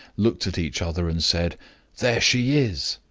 looked at each other, and said there she is